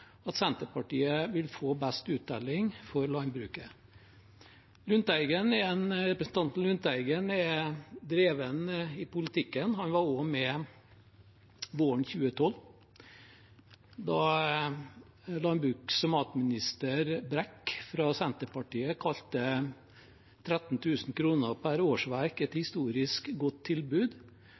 at Senterpartiet vil få best uttelling for landbruket. Representanten Lundteigen er dreven i politikken. Han var også med våren 2012 da landbruks- og matminister Brekk fra Senterpartiet kalte 13 000 kr per årsverk «et historisk godt tilbud»,